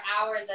hours